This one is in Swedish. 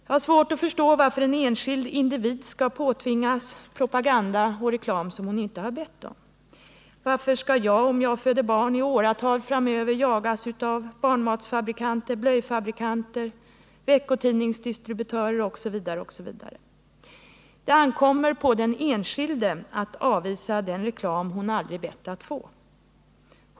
Jag har svårt att förstå varför en enskild individ skall kunna påtvingas propaganda och reklam hon inte bett om. Varför skall jag, om jag föder barn, i åratal framöver jagas av barnmatsfabrikanter, blöjfabrikanter, veckotidningsdistributörer osv. Det ankommer på den enskilde att avvisa den reklam han aldrig bett att få.